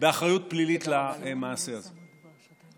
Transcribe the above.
באחריות פלילית למעשה הזה.